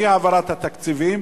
מאי-העברת התקציבים,